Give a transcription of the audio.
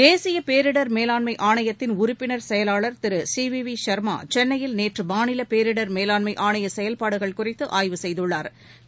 தேசிய பேரிடர் மேலாண்மை ஆணையத்தின் உறுப்பினர் செயலாளர் Thiru C V V Shama சென்னையில் நேற்று மாநில பேரிடர் மேலாண்மை ஆணைய செயல்பாடுகள் குறித்து ஆய்வு செய்துள்ளா்